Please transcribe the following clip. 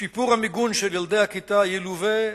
שיפור המיגון של ילדי הכיתה ילווה,